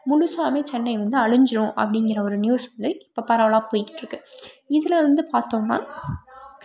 முழுதாவே சென்னை வந்து அழிஞ்சுடும் அப்படிங்குற ஒரு நியூஸ் வந்து இப்போ பரவலாக போயிக்கிட்டிருக்கு இதில் வந்து பார்த்தோன்னா